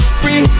free